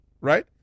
Right